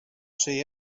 say